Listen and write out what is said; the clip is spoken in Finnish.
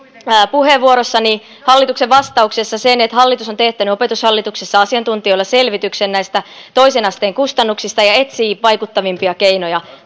puheenvuorossani hallituksen vastauksessa sen että hallitus on teettänyt opetushallituksessa asiantuntijoilla selvityksen näistä toisen asteen kustannuksista ja etsii vaikuttavimpia keinoja